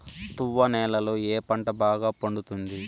తువ్వ నేలలో ఏ పంట బాగా పండుతుంది?